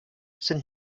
sind